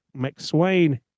McSwain